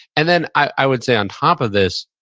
and then, i would say on top of this,